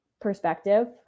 perspective